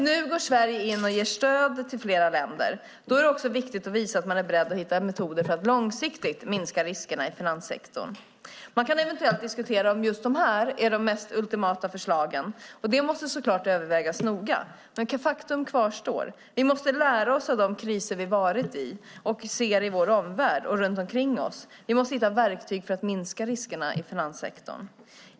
Nu går Sverige in och ger stöd till flera länder, och då är det också viktigt att visa att man är beredd att hitta metoder för att långsiktigt minska riskerna i finanssektorn. Det kan diskuteras om just de här förslagen är de ultimata, och de måste så klart övervägas noga. Men faktum kvarstår: Vi måste lära oss av de kriser som vi varit i och ser i vår omvärld och runt omkring oss. Vi måste hitta verktyg för att minska riskerna i finanssektorn.